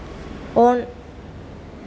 on